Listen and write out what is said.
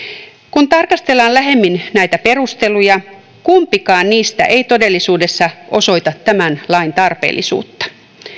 kun tarkastellaan lähemmin näitä perusteluja kumpikaan niistä ei todellisuudessa osoita tämän lain tarpeellisuutta